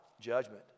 Judgment